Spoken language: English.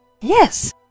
Yes